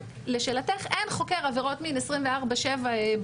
לשאלתך, אין חוקר עבירות מין 24/7 בתחנה.